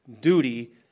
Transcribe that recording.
duty